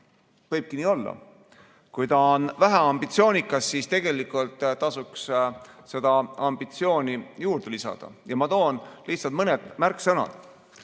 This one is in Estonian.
võibki nii olla. Kui eesmärk on vähe ambitsioonikas, siis tegelikult tasuks ambitsiooni juurde lisada. Ma toon lihtsalt mõned märksõnad.